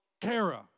kara